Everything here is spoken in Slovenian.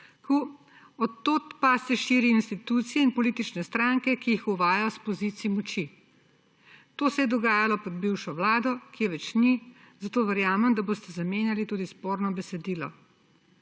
od tod pa se širi v institucije in politične stranke, ki jih uvajajo s pozicij moči. To se je dogajalo pod bivšo vlado, ki je več ni, zato verjamem, da boste zamenjali tudi sporno besedilo.